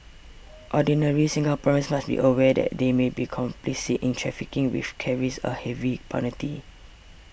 ordinary Singaporeans must be aware that they may be complicit in trafficking which carries a heavy penalty